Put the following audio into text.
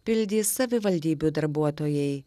pildys savivaldybių darbuotojai